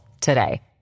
today